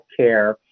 healthcare